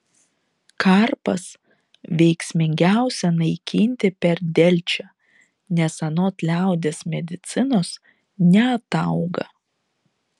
karpas veiksmingiausia naikinti per delčią nes anot liaudies medicinos neatauga